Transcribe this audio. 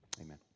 Amen